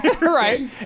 right